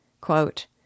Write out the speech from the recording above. Quote